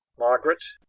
margaret.